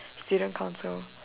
student council